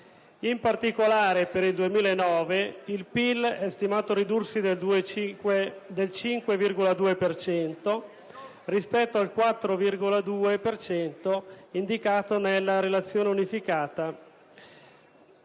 In particolare, per il 2009 il PIL è stimato ridursi del 5,2 per cento rispetto al 4,2 per cento indicato nella relazione unificata.